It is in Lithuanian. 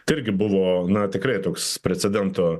tai irgi buvo na tikrai toks precedento